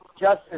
justice